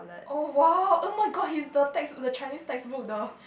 oh !wow! oh my god he's the text the Chinese textbook the